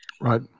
right